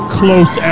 close